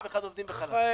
151 עובדים בחל"ת.